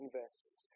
verses